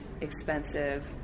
expensive